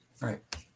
right